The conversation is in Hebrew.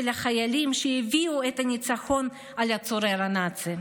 החיילים שהביאו את הניצחון על הצורר הנאצי.